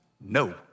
no